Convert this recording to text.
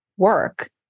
work